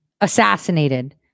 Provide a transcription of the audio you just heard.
assassinated